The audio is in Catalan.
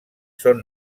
són